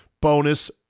bonus